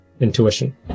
intuition